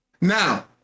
Now